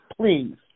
please